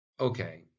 okay